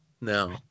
No